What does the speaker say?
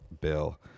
bill